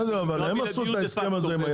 בסדר, אבל הם עשו את ההסכם הזה עם היצרן.